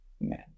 Man